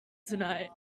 tonight